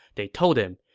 they told him,